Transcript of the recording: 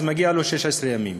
מגיעים לו 16 ימים.